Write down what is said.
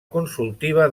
consultiva